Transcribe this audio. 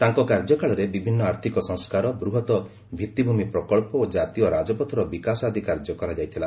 ତାଙ୍କ କାର୍ଯ୍ୟକାଳରେ ବିଭିନ୍ନ ଆର୍ଥିକ ସଂସ୍କାର ବୃହତ ଭିଭିଭ୍ମି ପ୍ରକଳ୍ପ ଓ ଜାତୀୟ ରାଜପଥର ବିକାଶ ଆଦି କାର୍ଯ୍ୟ କରାଯାଇଥିଲା